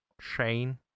Shane